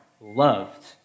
loved